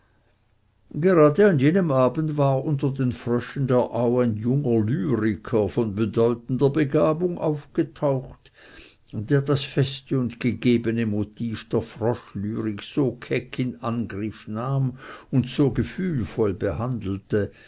gerade an jenem abende war unter den fröschen der au ein junger lyriker von bedeutender begabung aufgetaucht der das feste und gegebene motiv der froschlyrik so keck in angriff nahm und so gefühlvoll behandelte